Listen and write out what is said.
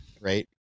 Right